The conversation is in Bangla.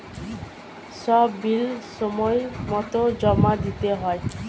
সব বিল সময়মতো জমা দিতে হয়